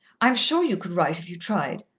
i'm sure you could write if you tried,